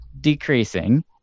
decreasing